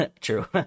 True